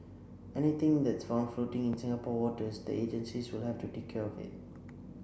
anything that's found floating in Singapore waters the agencies will have to take care of it